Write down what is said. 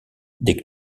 des